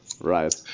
right